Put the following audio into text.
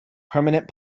permanent